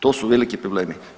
To su veliki problemi.